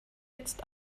jetzt